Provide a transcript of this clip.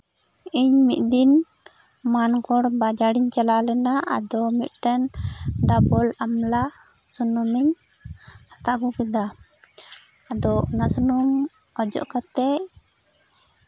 ᱤᱧ ᱢᱤᱫᱫᱤᱱ ᱢᱟᱱᱠᱚᱲ ᱵᱟᱡᱟᱨ ᱤᱧ ᱪᱟᱞᱟᱣ ᱞᱮᱱᱟ ᱟᱫᱚ ᱢᱤᱫᱴᱟᱱ ᱰᱟᱵᱚᱨ ᱟᱢᱞᱟ ᱥᱩᱱᱩᱢᱤᱧ ᱦᱟᱛᱟᱣ ᱟᱹᱜᱩ ᱠᱮᱫᱟ ᱟᱫᱚ ᱚᱱᱟ ᱥᱩᱱᱩᱢ ᱚᱡᱚᱜ ᱠᱟᱛᱮᱫ